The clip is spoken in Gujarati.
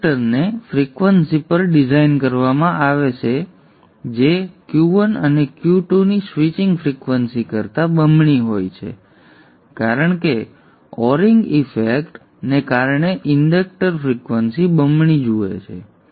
ઇન્ડક્ટરને ફ્રીક્વન્સી પર ડિઝાઇન કરવામાં આવશે જે Q1 અને Q2ની સ્વિચિંગ ફ્રિક્વન્સી કરતા બમણી હોય છે કારણ કે or ing ઇફેક્ટ ને કારણે ઇન્ડક્ટર ફ્રિક્વન્સી બમણી જુએ છે